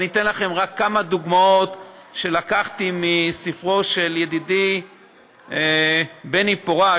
אני אתן לכם רק כמה דוגמאות שלקחתי מספרו של ידידי בני פורת,